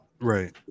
Right